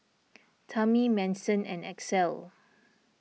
Tami Manson and Axel